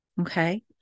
Okay